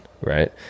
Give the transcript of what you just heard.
right